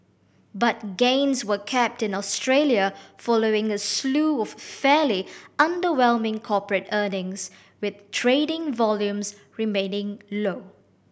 but gains were capped in Australia following a slew of fairly underwhelming corporate earnings with trading volumes remaining low